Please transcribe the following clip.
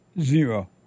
Zero